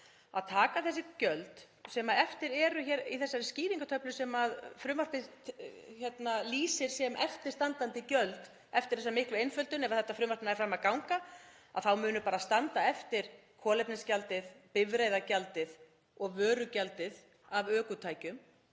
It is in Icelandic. að taka þessi gjöld sem eftir eru í þessari skýringartöflu sem frumvarpið lýsir sem eftirstandandi gjöldum — en eftir þessa miklu einföldun, ef þetta frumvarp nær fram að ganga, munu bara standa eftir kolefnisgjaldið, bifreiðagjaldið og vörugjaldið af ökutækjum,